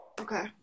Okay